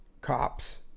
cops